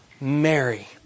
Mary